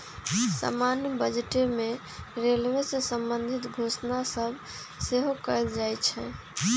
समान्य बजटे में रेलवे से संबंधित घोषणा सभ सेहो कएल जाइ छइ